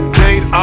date